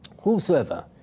Whosoever